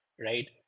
right